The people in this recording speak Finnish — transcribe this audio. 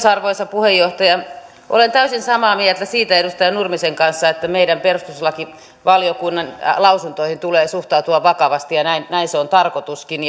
arvoisa puheenjohtaja olen täysin samaa mieltä edustaja nurmisen kanssa siitä että meidän perustuslakivaliokunnan lausuntoihin tulee suhtautua vakavasti ja näin näin on tarkoituskin